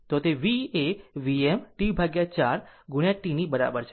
તો v એ Vm T 4 T ની બરાબર છે